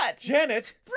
Janet